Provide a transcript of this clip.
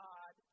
God